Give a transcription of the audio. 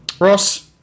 Ross